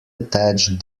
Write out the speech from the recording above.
attached